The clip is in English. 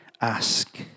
ask